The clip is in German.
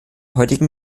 heutigen